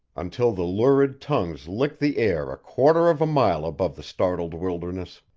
until the lurid tongues licked the air a quarter of a mile above the startled wilderness.